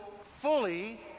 fully